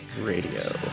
Radio